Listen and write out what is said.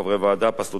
פסלותם וכהונתם,